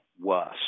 worse